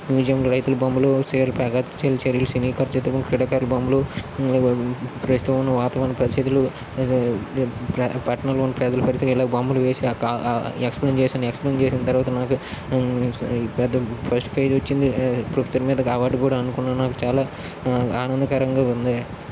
మ్యూజియంలో రైతుల బొమ్మలు క్రీడాకారుల బొమ్మలు ప్రస్తుతం ఉన్న వాతావరణ పరిస్థితులు పట్నంలో ఉన్న ప్రజల వాళ్లకి ఇలాగ బొమ్మలు వేసి ఎక్స్ప్లెయిన్ చేశాను ఎక్స్ప్లెయిన్ చేసిన తర్వాత నాకు పెద్ద ఫస్ట్ ప్రైజ్ వచ్చింది ప్రొఫెసర్ మీద అవార్డు కూడా అందుకున్నాను నాకు చాలా ఆనందకరంగా ఉంది